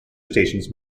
stations